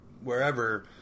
wherever